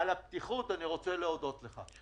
על הפתיחות אני רוצה להודות לך.